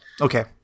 okay